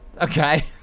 Okay